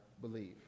believe